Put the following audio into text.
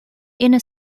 inner